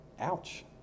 Ouch